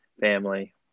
family